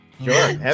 Sure